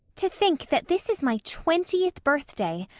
to think that this is my twentieth birthday,